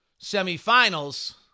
semifinals